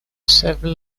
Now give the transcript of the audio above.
several